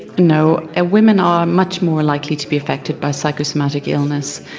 no, ah women are much more likely to be affected by psychosomatic illness.